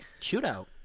Shootout